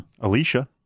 Alicia